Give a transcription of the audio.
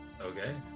okay